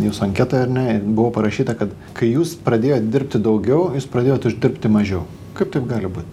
jūsų anketą ar ne buvo parašyta kad kai jūs pradėjot dirbti daugiau jūs pradėjot uždirbti mažiau kaip tu gali būt